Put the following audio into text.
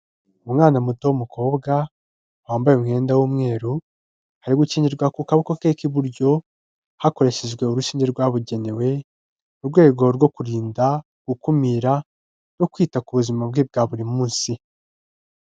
Umwana muto w'umukobwa, wambaye umwenda w'umweru, ari gukingirwa ku kaboko ke k'iburyo, hakoreshejwe urushinge rwabugenewe, mu rwego rwo kurinda, gukumira no kwita ku buzima bwe bwa buri munsi.